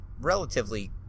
relatively